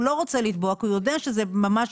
הוא לא רוצה לתבוע כי הוא יודע שזה ממש